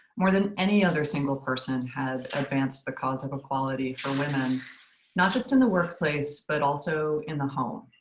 more than any other single person, has advanced the cause of equality for women not just in the workplace, but also in the home.